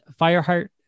Fireheart